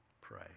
pray